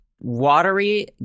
watery